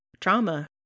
trauma